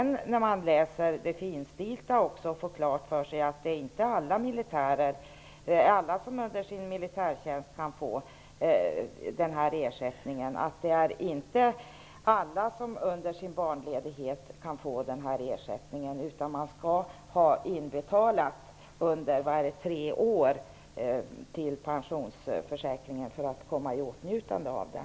När man läser det finstilta får man också klart för sig att det inte är alla som kan få den här ersättningen under sin militärtjänst eller under sin barnledighet. Man skall ha betalat in pengar till pensionsförsäkringen under tre år för att komma i åtnjutande av den.